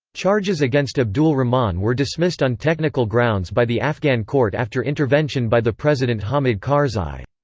charges against abdul rahman were dismissed on technical grounds by the afghan court after intervention by the president hamid karzai.